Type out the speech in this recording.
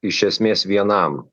iš esmės vienam